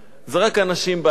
זה רק אנשים בעלי כוח,